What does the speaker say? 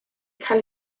cael